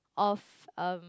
of um